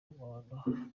ukuntu